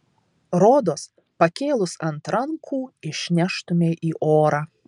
rodos pakėlus ant rankų išneštumei į orą